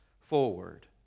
forward